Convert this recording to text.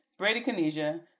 bradykinesia